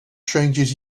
changes